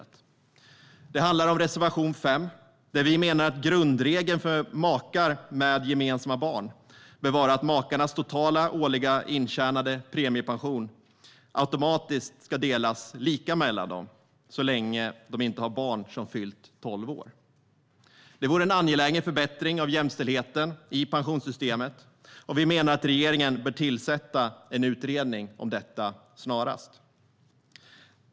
Det handlar om reservation 5, där vi menar att grundregeln för makar med gemensamma barn bör vara att makarnas totala årliga intjänade premiepension automatiskt ska delas lika mellan dem så länge de inte har barn som fyllt tolv år. Det vore en angelägen förbättring av jämställdheten i pensionssystemet. Vi menar att regeringen snarast bör tillsätta en utredning om detta.